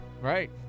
Right